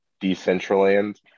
decentraland